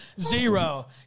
Zero